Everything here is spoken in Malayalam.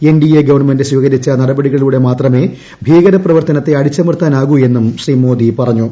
എൻ ഡി എ ഗവൺമെന്റ് സ്വീകരിച്ച നടപടികളിലൂടെമാത്രമേ ഭീകര പ്രവർത്തനത്തെ അടിച്ചമർത്താനാകു എന്നും ശ്രീ മോദി പറഞ്ഞു